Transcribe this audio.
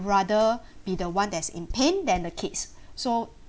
rather be the one that's in pain than the kids so